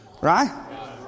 right